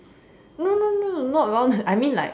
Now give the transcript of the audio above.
no no no not round I mean like